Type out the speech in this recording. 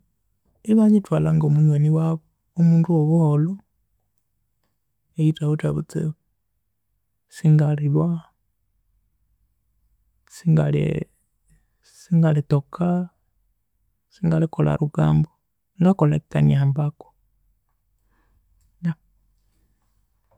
Ibanyithwalha ngo munyoni wabu, omundu wobuholho oyuthawithe butsibu. Singalilhwa, singali singali toka, singali kolha rugambo, ngakolha ebikanyihambaku.